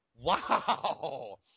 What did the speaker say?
Wow